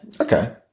Okay